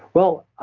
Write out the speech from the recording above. well,